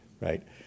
right